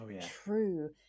true